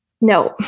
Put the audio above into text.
No